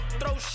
throw